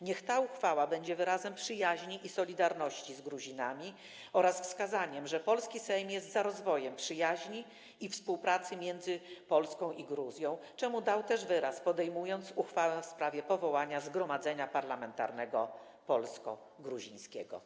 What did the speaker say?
Niech ta uchwała będzie wyrazem przyjaźni i solidarności z Gruzinami oraz wskazaniem, że polski Sejm jest za rozwojem przyjaźni i współpracy między Polską i Gruzją, czemu dał wyraz, podejmując uchwałę w sprawie powołania zgromadzenia parlamentarnego polsko-gruzińskiego.